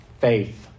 faith